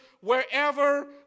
wherever